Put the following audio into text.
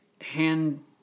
hand